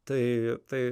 tai tai